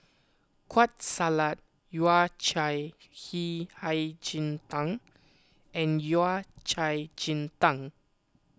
Kueh Salat Yao Cai he Hei Ji Tang and Yao Cai Ji Tang